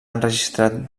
enregistrat